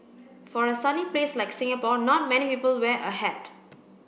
for a sunny place like Singapore not many people wear a hat